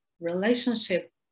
relationship